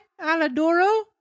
Aladoro